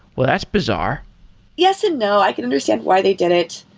well, that's bizarre yes and no. i can understand why they did it.